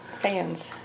fans